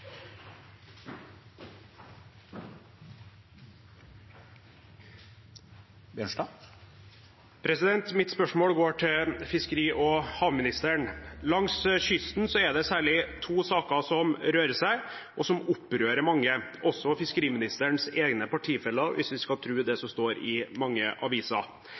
Mitt spørsmål går til fiskeri- og havministeren. Langs kysten er det særlig to saker som rører seg, og som opprører mange, også fiskeriministerens egne partifeller, hvis vi skal tro det som står i mange aviser.